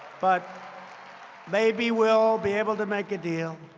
but maybe we'll be able to make a deal.